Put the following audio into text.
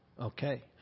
Okay